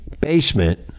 basement